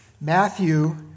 Matthew